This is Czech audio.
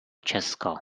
česko